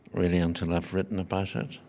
really, until i've written about it.